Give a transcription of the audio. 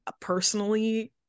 personally